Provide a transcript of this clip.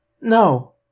No